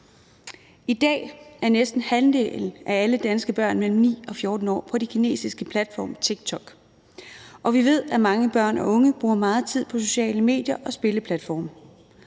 I dag er næsten halvdelen af alle danske børn mellem 9 og 14 år på den kinesiske platform TikTok, og vi ved, at mange børn og unge bruger meget tid på sociale medier og spilleplatforme.